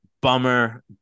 bummer